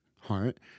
heart